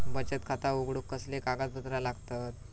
बचत खाता उघडूक कसले कागदपत्र लागतत?